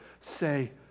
say